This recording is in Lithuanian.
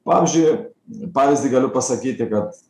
pavyzdžiui pavyzdį galiu pasakyti kad